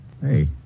Hey